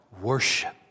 worship